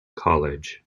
college